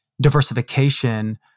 diversification